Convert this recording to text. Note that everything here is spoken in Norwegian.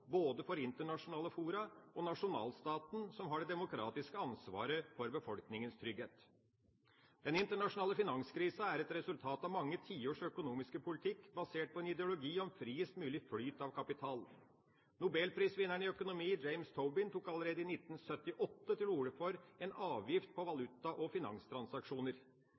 både for internasjonale fora og nasjonalstaten, som har det demokratiske ansvaret for befolkningens trygghet. Den internasjonale finanskrisen er et resultat av mange tiårs økonomisk politikk basert på en ideologi om friest mulig flyt av kapital. Nobelprisvinneren i økonomi James Tobin tok allerede i 1978 til orde for en avgift på valuta- og finanstransaksjoner.